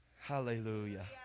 Hallelujah